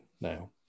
now